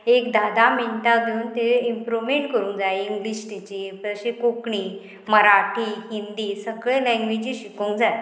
एक धा धा मिनटां दिवन तें इमप्रुवमेंट करूंक जाय इंग्लीश तेची तशी कोंकणी मराठी हिंदी सगळे लॅंग्वेजी शिकोंक जाय